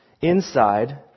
inside